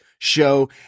Show